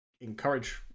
encourage